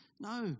No